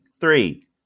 Three